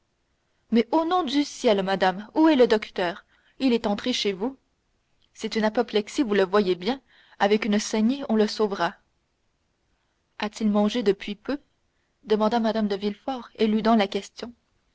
mais au nom du ciel madame où est le docteur il est entré chez vous c'est une apoplexie vous le voyez bien avec une saignée on le sauvera a-t-il mangé depuis peu demanda mme de villefort éludant la question